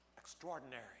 Extraordinary